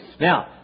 Now